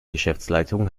geschäftsleitung